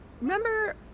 remember